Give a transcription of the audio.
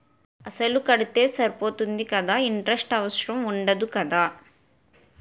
అసలు కడితే సరిపోతుంది కదా ఇంటరెస్ట్ అవసరం ఉండదు కదా?